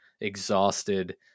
exhausted